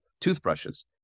toothbrushes